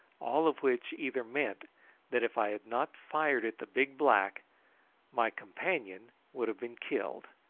all of which either meant that if i had not fired at the big black my companion would have been killed,